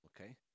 okay